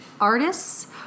artists